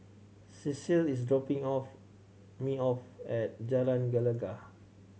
cecile is dropping off me off at Jalan Gelegar